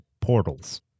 portals